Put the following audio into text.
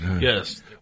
Yes